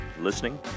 listening